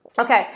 okay